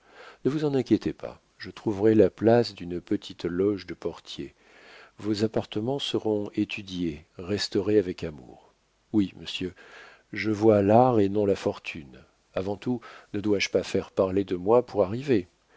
ne vous en inquiétez pas je trouverai la place d'une petite loge de portier vos appartements seront étudiés restaurés avec amour oui monsieur je vois l'art et non la fortune avant tout ne dois-je pas faire parler de moi pour arriver